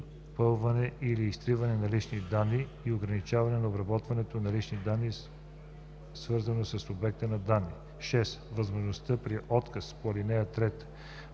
допълване или изтриване на лични данни и ограничаване на обработването на лични данни, свързано със субекта на данните; 6. възможността при отказ по ал. 3,